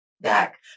back